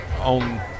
on